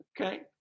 Okay